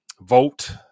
vote